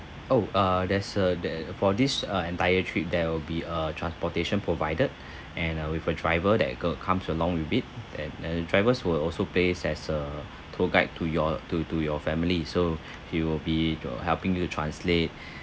oh uh there's uh the~ for this uh entire trip there will be uh transportation provided and uh with a driver that go~ comes along with it and the drivers will also plays as a tour guide to your to to your family so he will be you know helping you to translate